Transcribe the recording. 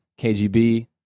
KGB